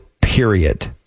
period